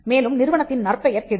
மேலும் நிறுவனத்தின் நற்பெயர் கெடும்